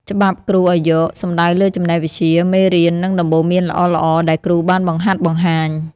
«ច្បាប់គ្រូឱ្យយក» សំដៅលើចំណេះវិជ្ជា មេរៀន និងដំបូន្មានល្អៗដែលគ្រូបានបង្ហាត់បង្ហាញ។